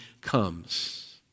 comes